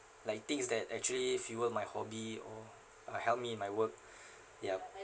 like things that actually fewer my hobby or uh help me in my work ya